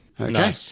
okay